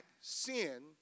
sin